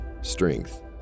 strength